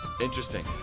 Interesting